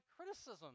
criticism